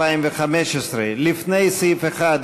התשע"ה 2015: לפני סעיף 1,